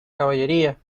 caballería